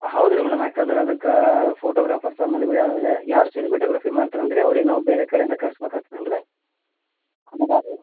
ಹೌದು ರಿ ಮೇಡಮ್ ಯಾಕಂದ್ರೆ ಅದಕ್ಕೆ ಫೋಟೋಗ್ರಾಫರ್ಸ್ ಆಮೇಲೆ ವಿಡಿಯೋ ಯಾರು ಸಿನಿಮಾಟೋಗ್ರಾಫಿ ಮಾಡ್ತರಲ್ಲ ರಿ ಅವ್ರಿಗೆ ನಾವು ಬೇರೆ ಕಡೆಯಿಂದ ಕರ್ಸ್ಬೇಕಾಗ್ತದಲ್ಲ ರಿ ಆಮೇಲೆ ನಾವು